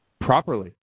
properly